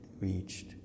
reached